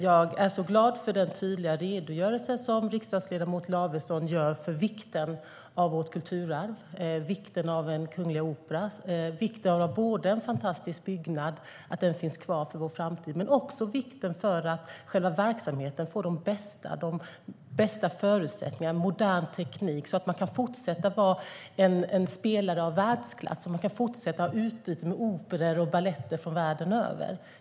Jag är glad över den tydliga redogörelse som riksdagsledamot Lavesson gör för vikten av vårt kulturarv, vikten av en kunglig opera och vikten av en fantastisk byggnad, att den finns kvar i framtiden och att själva verksamheten får de bästa förutsättningarna. Man behöver modern teknik så att man kan fortsätta vara en spelare av världsklass och fortsätta ha utbyte med operor och baletter från världen över.